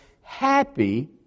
happy